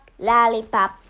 Lollipop